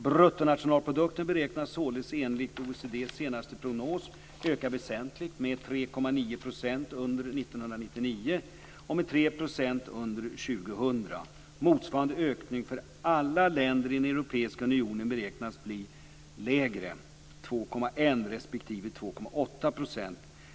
Bruttonationalprodukten beräknas således enligt OECD:s senaste prognos öka väsentligt, med Motsvarande ökning för alla länder i den europeiska unionen beräknas bli lägre, 2,1 % respektive 2,8 %.